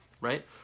right